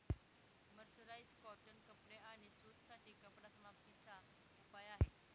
mercerise cotton कपडे आणि सूत साठी कपडा समाप्ती चा उपाय आहे